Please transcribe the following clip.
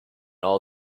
all